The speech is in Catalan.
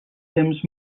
temps